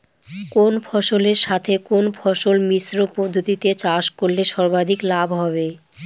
কোন ফসলের সাথে কোন ফসল মিশ্র পদ্ধতিতে চাষ করলে সর্বাধিক লাভ হবে?